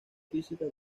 física